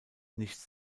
nichts